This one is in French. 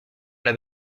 vers